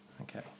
Okay